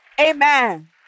amen